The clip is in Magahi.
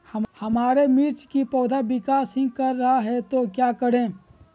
हमारे मिर्च कि पौधा विकास ही कर रहा है तो क्या करे?